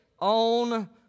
on